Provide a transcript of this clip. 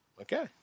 Okay